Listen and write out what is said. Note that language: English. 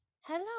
Hello